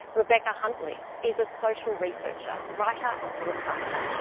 rebecca huntley, is a social researcher writer and broadcaster.